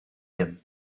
him